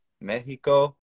Mexico